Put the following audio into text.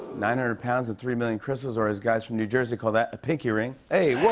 nine hundred pounds and three million crystals, or as guys from new jersey call that a pinky ring. hey,